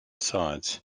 sides